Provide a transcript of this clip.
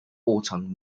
orton